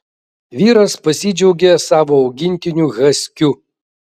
vyras pasidžiaugė savo augintiniu haskiu